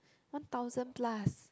one thousand plus